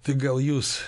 tai gal jūs